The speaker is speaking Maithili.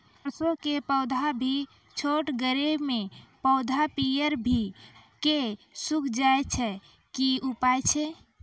सरसों के पौधा भी छोटगरे मे पौधा पीयर भो कऽ सूख जाय छै, की उपाय छियै?